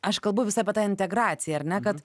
aš kalbu vis apie tą integraciją ar ne kad